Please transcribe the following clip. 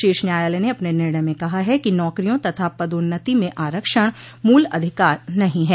शीर्ष न्यायालय ने अपने निर्णय में कहा है कि नौकरियों तथा पदोन्नति में आरक्षण मूल अधिकार नहीं है